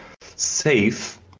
safe